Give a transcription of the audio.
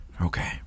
Okay